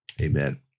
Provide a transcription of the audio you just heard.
Amen